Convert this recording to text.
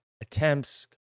attempts